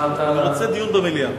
אני רוצה דיון במליאה.